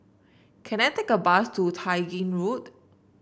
can I take a bus to Tai Gin Road